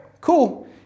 cool